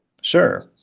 Sure